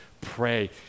pray